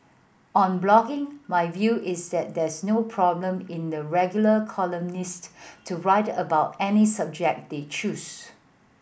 on blogging my view is that there's no problem in the regular columnists to write about any subject they choose